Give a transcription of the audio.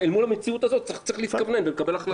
אל מול המציאות הזאת צריך להתכוונן ולקבל החלטה.